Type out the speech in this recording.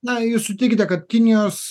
na jūs sutikite kad kinijos